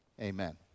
amen